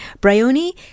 Bryony